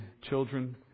children